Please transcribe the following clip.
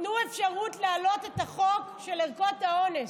תנו אפשרות להעלות את החוק של ערכות האונס.